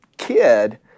kid